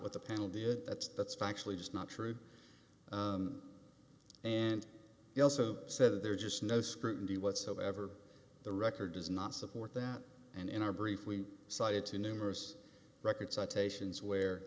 what the panel did that's that's factually just not true and they also said that there's just no scrutiny whatsoever the record does not support that and in our brief we cited to numerous record citations where